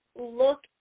look